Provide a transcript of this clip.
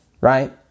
right